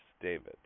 David